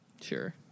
Sure